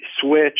switch